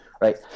right